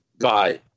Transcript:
Bye